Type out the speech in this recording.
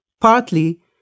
partly